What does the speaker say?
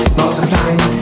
multiplying